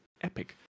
epic